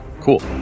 cool